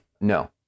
No